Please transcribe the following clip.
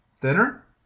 thinner